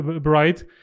bright